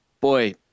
boy